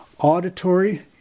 Auditory